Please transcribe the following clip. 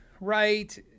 right